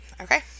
okay